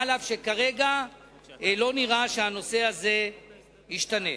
אף שכרגע לא נראה שהנושא הזה ישתנה.